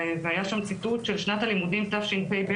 והיה שם ציטוט של שנת הלימודים תשפ"ב,